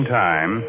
time